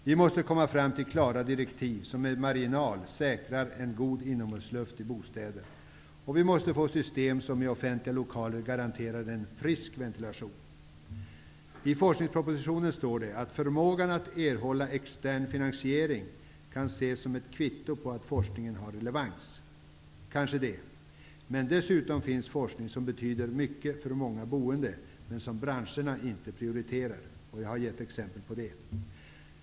Vi måste komma fram till klara direktiv, som med marginal säkrar en god inomhusluft i bostäder, och vi måste få system som i offentliga lokaler garanterar en frisk ventilation. I forskningspropositionen står det att förmågan att erhålla extern finansiering kan ses som ett kvitto på att forskningen har relevans. Kanske det, men dessutom finns forskning som betyder mycket för många boende men som branscherna inte prioriterar. Jag har gett exempel på sådan forskning.